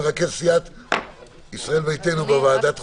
מרכז סיעת ישראל ביתנו בוועדת החוקה,